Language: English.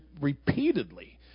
repeatedly